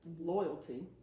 loyalty